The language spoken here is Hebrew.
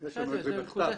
בשבילכם.